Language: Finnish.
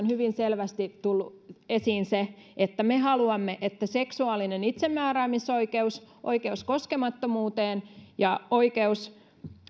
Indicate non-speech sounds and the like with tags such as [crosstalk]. [unintelligible] hyvin selvästi tullut esiin se että me haluamme että seksuaalinen itsemääräämisoikeus oikeus koskemattomuuteen ja oikeus